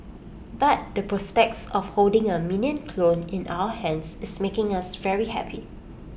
but the prospect of holding A Minion clone in our hands is making us very happy